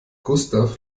gustav